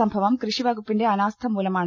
സംഭവം കൃഷിവകുപ്പിന്റെ അനാസ്ഥമൂലമാണ്